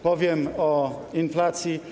Powiem o inflacji.